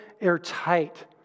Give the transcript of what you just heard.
airtight